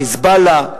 "חיזבאללה",